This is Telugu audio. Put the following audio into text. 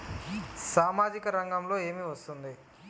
సామాజిక రంగంలో ఏమి వస్తుంది?